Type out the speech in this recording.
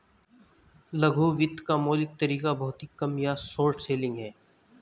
लघु वित्त का मौलिक तरीका भौतिक कम या शॉर्ट सेलिंग है